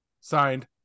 Signed